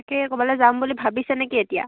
তাকে ক'ৰবালৈ যাম বুলি ভাবিছেনে কি এতিয়া